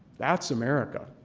that's america.